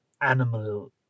animal